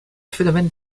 phénomène